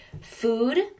food